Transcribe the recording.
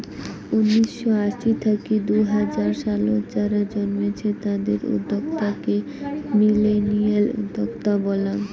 উনিসশো আশি থাকি দুই হাজার সালত যারা জন্মেছে তাদের উদ্যোক্তা কে মিলেনিয়াল উদ্যোক্তা বলাঙ্গ